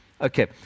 Okay